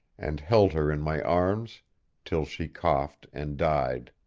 and held her in my arms till she coughed and died.